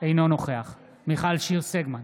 אינו נוכח מיכל שיר סגמן,